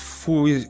fui